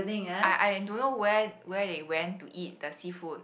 I I don't know where where they went to eat the seafood